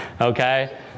okay